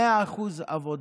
100% עבודה.